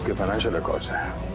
financial records? oh,